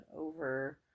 over